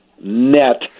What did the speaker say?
net